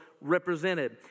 represented